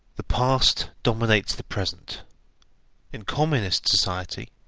the past dominates the present in communist society,